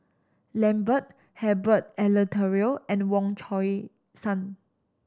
Lambert Herbert Eleuterio and Wong Chong Sai